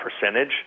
percentage